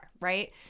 right